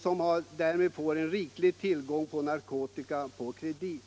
som där har riklig tillgång till narkotika på kredit.